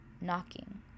knocking